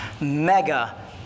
Mega